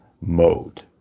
mode